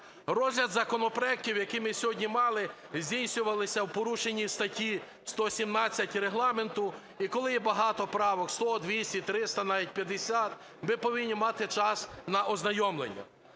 Розгляд законопроектів, які ми сьогодні мали, здійснювалися у порушенні статті 117 Регламенту. І коли є багато правок - 100, 200, 300, навіть 50, - ми повинні мати час на ознайомлення.